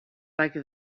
likely